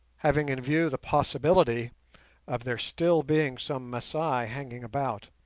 having in view the possibility of there still being some masai hanging about,